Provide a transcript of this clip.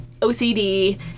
OCD